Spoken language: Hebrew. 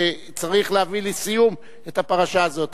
שצריך להביא לסיום של הפרשה הזאת.